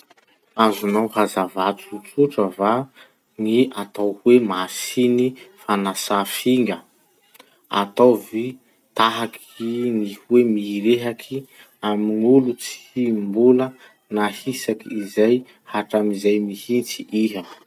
Azonao hazava tsotsotra va ny atao hoe masiny fanasà finga? Ataovy tahakin'ny hoe mirehaky amy gn'olo tsy mbola nahisaky zay hatramizay mihitsy iha.